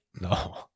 no